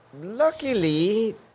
Luckily